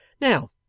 now